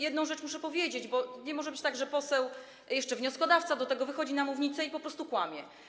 Jedną rzecz muszę powiedzieć, bo nie może być tak, że poseł, do tego jeszcze wnioskodawca, wychodzi na mównicę i po prostu kłamie.